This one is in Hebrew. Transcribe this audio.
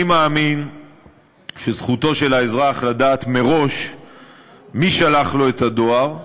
אני מאמין שזכותו של האזרח לדעת מראש מי שלח לו את הדואר,